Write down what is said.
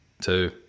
two